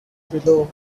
below